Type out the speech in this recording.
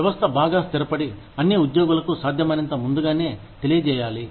వ్యవస్థ బాగా స్థిరపడి అన్ని ఉద్యోగులకు సాధ్యమైనంత ముందుగానే తెలియజేయాలి